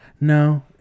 No